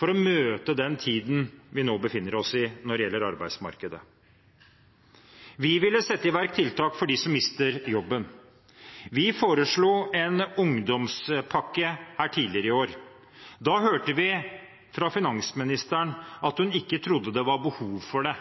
for å møte den tiden vi nå befinner oss i når det gjelder arbeidsmarkedet. Vi ville sette i verk tiltak for dem som mister jobben. Vi foreslo en ungdomspakke her tidligere i år. Da hørte vi fra finansministeren at hun ikke trodde det var behov for det.